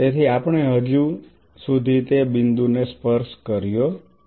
તેથી આપણે હજી સુધી તે બિંદુને સ્પર્શ કર્યો નથી